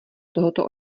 tohoto